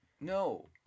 No